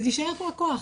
אז יישאר להם הכוח,